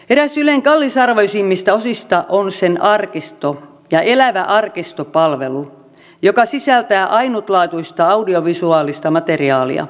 eräs ylen kallisarvoisimmista osista on sen arkisto ja elävä arkisto palvelu joka sisältää ainutlaatuista audiovisuaalista materiaalia